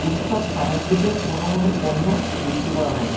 উৎসব সামগ্রীতে কোনো কোনো পণ্য বিক্রি করা হয়